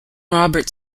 robert